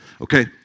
Okay